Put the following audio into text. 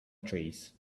trees